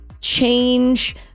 change